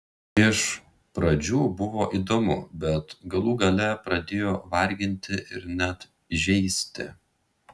iš pradžių buvo įdomu bet galų gale pradėjo varginti ir net žeisti